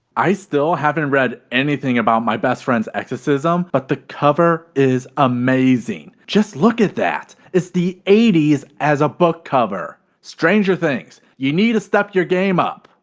i still haven't read anything about my best friend's exorcism, but the cover is amazing. just look at that. it's the eighty s as a book cover. stranger things you need to step your game up.